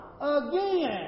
Again